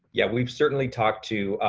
yeah, we've certainly talked to